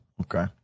Okay